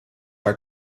are